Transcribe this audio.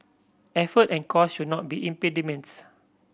effort and cost should not be impediments